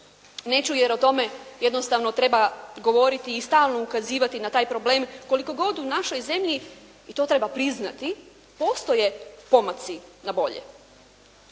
Neću jer o tome jednostavno treba govoriti i stalno ukazivati na taj problem koliko god u našoj zemlji i to treba priznati postoje pomaci na bolje.